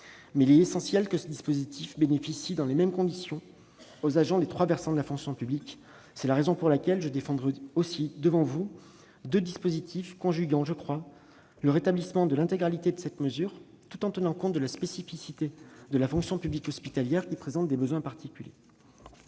Il est essentiel que ce dispositif bénéficie dans les mêmes conditions aux agents des trois versants de la fonction publique. Je défendrai donc devant vous deux dispositifs conjuguant le rétablissement de l'intégralité de cette mesure, tout en tenant compte de la situation spécifique de la fonction publique hospitalière, qui présente des besoins particuliers.